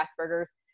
Asperger's